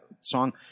song